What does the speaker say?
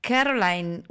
Caroline